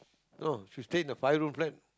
oh she stayed in a five room flat